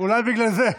אולי בגלל זה.